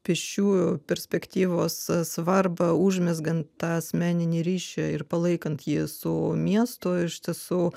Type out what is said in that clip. pėsčiųjų perspektyvos svarbą užmezgant tą asmeninį ryšį ir palaikant jį su miestu iš tiesų